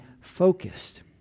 focused